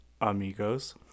amigos